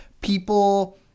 people